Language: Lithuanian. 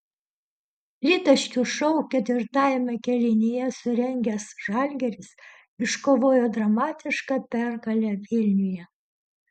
tritaškių šou ketvirtajame kėlinyje surengęs žalgiris iškovojo dramatišką pergalę vilniuje